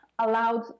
Allowed